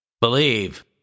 Believe